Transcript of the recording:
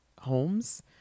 homes